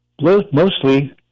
mostly